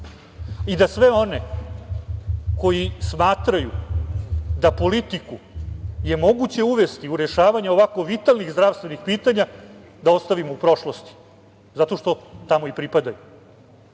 i da sve one koji smatraju da politiku je moguće uvesti u rešavanje ovako vitalnih zdravstvenih pitanja, da ostavimo u prošlosti zato što tamo i pripadaju,